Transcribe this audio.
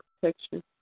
protection